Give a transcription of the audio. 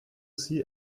see